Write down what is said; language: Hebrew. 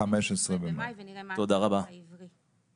ה-15 במאי, ונראה מה התאריך העברי.